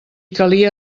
calia